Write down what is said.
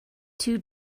two